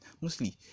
mostly